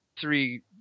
three